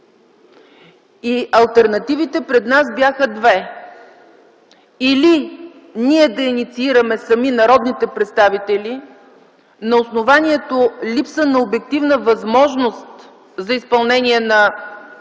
Алтернативите пред нас бяха две: или ние да инициираме сами – народните представители, на основание липса на обективна възможност за изпълнение на работата